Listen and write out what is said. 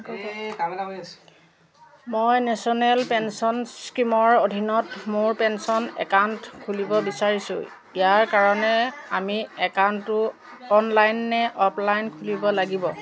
মই national pension স্কীমৰ অধীনত মোৰ পেঞ্চন একাউণ্ট খুলিব বিচাৰিছোঁ ইয়াৰ কাৰণে আমি একাউণ্টটো অনলাইন নে অফলাইন খুলিব লাগিব